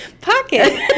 Pocket